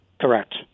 Correct